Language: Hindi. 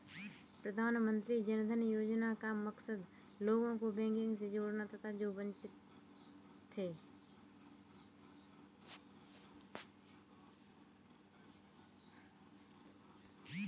प्रधानमंत्री जन धन योजना का मकसद लोगों को बैंकिंग से जोड़ना था जो वंचित थे